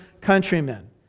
countrymen